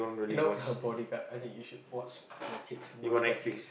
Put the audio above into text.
no not Bodyguard I think you should watch Netflix Bodyguard series